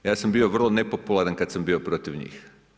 Ja sam bio vrlo nepopularna kada sam bio protiv njih.